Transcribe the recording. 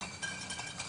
טוב,